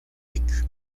lic